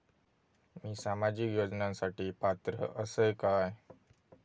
मी सामाजिक योजनांसाठी पात्र असय काय?